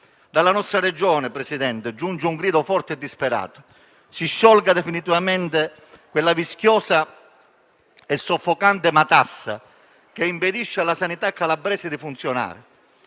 Dalla nostra Regione, Presidente, giunge un grido forte e disperato. Si sciolga definitivamente la vischiosa e soffocante matassa che impedisce alla sanità calabrese di funzionare.